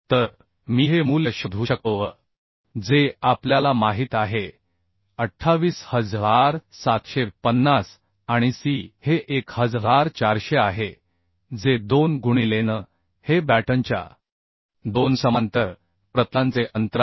तर मी हे मूल्य शोधू शकतो V जे आपल्याला माहित आहे 28750 आणि c हे 1400 आहे जे 2 गुणिले N हे बॅटनच्या दोन समांतर प्रतलांचे अंतर आहे